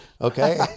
okay